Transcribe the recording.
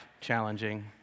challenging